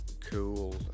cool